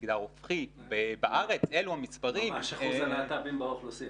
ממגדר הופכי בארץ ואלה המספרים -- ממש אחוז הלהט"בים באוכלוסייה.